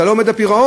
אתה לא עומד בפירעון,